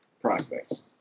prospects